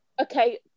Okay